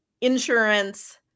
insurance